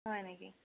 হয় নেকি